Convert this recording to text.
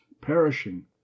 perishing